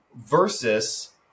versus